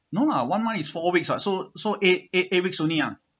no lah one month is four weeks ah so so eight eight weeks only ah